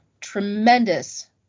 tremendous